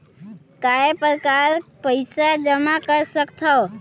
काय प्रकार पईसा जमा कर सकथव?